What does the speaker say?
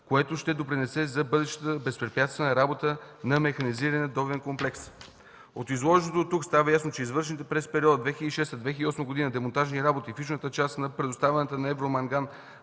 което ще допринесе за бъдещата безпрепятствена работа на механизирания добивен комплекс. От изложеното дотук става ясно, че извършените през периода 2006-2008 г. демонтажни работи в източната част на предоставената на „Евроманган”